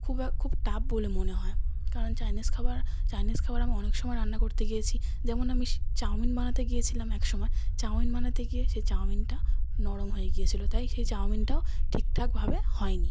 খুব খুব টাফ বলে মনে হয় কারণ চাইনিজ খাবার চাইনিজ খাবার আমি অনেক সময় রান্না করতে গিয়েছি যেমন আমিষ চাউমিন বানাতে গিয়েছিলাম এক সময় চাউমিন বানাতে গিয়ে সেই চাউমিনটা নরম হয়ে গিয়েছিলো তাই সেই চাউমিনটাও ঠিক ঠাকভাবে হয় নি